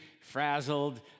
frazzled